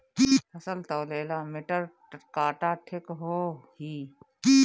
फसल तौले ला मिटर काटा ठिक होही?